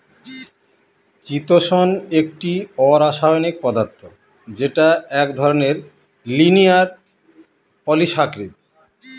চিতোষণ একটি অরাষায়নিক পদার্থ যেটা এক ধরনের লিনিয়ার পলিসাকরীদ